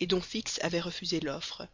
et dont fix avait refusé l'offre